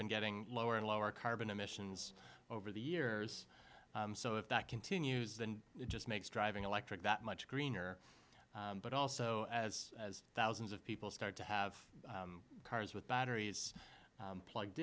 been getting lower and lower carbon emissions over the years so if that continues then it just makes driving electric that much greener but also as as thousands of people start to have cars with batteries plugged